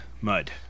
mud